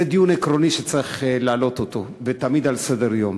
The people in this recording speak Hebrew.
זה דיון עקרוני שצריך להעלות אותו תמיד על סדר-היום.